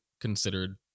considered